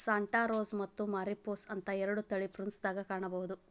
Santa Rosa ಮತ್ತ Mariposa ಅಂತ ಎರಡು ತಳಿ ಪ್ರುನ್ಸ್ ದಾಗ ಕಾಣಬಹುದ